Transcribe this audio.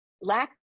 lack